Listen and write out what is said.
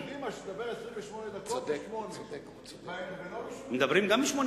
אבל שקדימה תדבר 28 דקות בשעה 20:00. מדברים גם ב-20:00